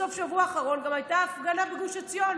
בסוף השבוע האחרון הייתה הפגנה גם בגוש עציון